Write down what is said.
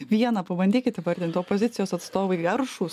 viena pabandykit įvardinti opozicijos atstovai aršūs